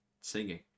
singing